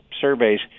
surveys